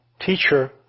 teacher